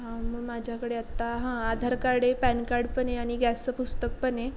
हा मग माझ्याकडे आत्ता हां आधार कार्ड आहे पॅन कार्ड पण आहे आणि गॅसचं पुस्तक पण आहे